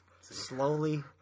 Slowly